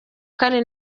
kane